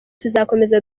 tuzakomeza